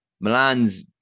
Milan's